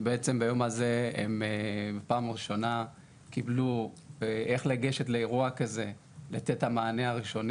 שבעצם ביום הזה הם בפעם הראשונה קיבלו הדרכה של איך לגשת